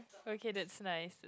okay that's nice